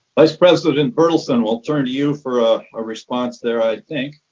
vice president berthelsen, i'll turn to you for a response there i think.